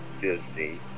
Disney